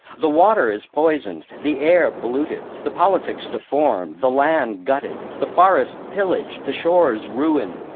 the water is poisoned, the air polluted, the politics deformed, the land gutted, the forest pillaged, the shores ruined,